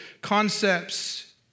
concepts